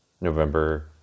November